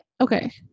okay